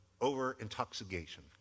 over-intoxication